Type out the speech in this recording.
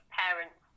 parents